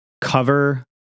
cover